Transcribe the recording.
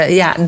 ja